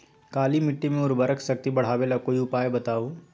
काली मिट्टी में उर्वरक शक्ति बढ़ावे ला कोई उपाय बताउ?